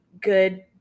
good